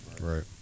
Right